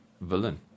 villain